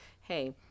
Hey